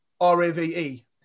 R-A-V-E